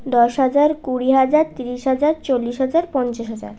দশ হাজার কুড়ি হাজার ত্রিশ হাজার চল্লিশ হাজার পঞ্চাশ হাজার